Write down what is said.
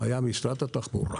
היה משרד התחבורה.